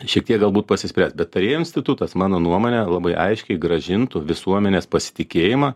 šiek tiek galbūt pasispręs bet tarėjų statutas mano nuomone labai aiškiai grąžintų visuomenės pasitikėjimą